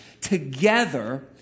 together